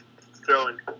throwing